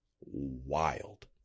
wild